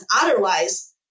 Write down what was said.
Otherwise